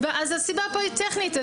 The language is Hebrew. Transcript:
אז הסיבה כאן היא טכנית.